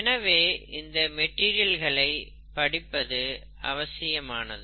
எனவே இந்த மெட்டீரியல்களை படிப்பது அவசியமானது